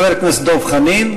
חבר הכנסת דב חנין.